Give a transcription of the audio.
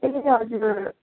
ए हजुर